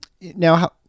Now